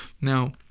Now